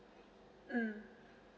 mm